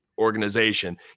organization